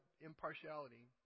impartiality